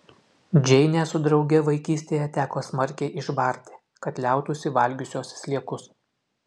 džeinę su drauge vaikystėje teko smarkiai išbarti kad liautųsi valgiusios sliekus